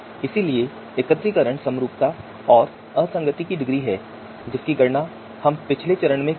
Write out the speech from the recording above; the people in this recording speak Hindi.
इसलिए एकत्रीकरण समरूपता और असंगति की डिग्री है जिसकी गणना हमने पिछले चरण में की थी